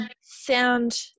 sound